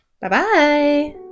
Bye-bye